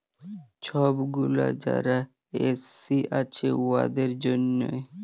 ছব গুলা যারা এস.সি আছে উয়াদের জ্যনহে